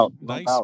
nice